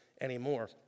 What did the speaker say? anymore